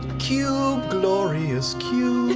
cube, glorious cube!